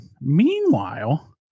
Meanwhile